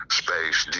space